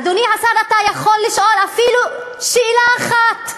אדוני השר, אתה יכול לשאול אפילו שאלה אחת?